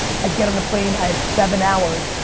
i get on the plane, i have seven hours.